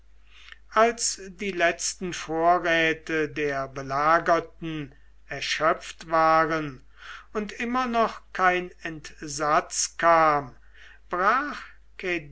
als die letzten vorräte der belagerten erschöpft waren und immer noch kein entsatz kam brach